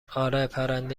اره، پرنده